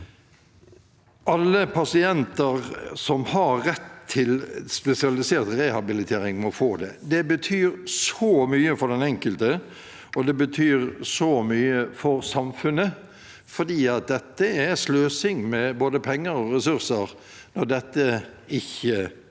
Alle pasienter som har rett til spesialisert rehabilitering, må få det. Det betyr mye for den enkelte, og det betyr mye for samfunnet, for det er sløsing med både penger og ressurser når dette ikke fungerer.